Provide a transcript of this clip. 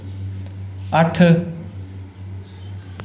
अट्ठ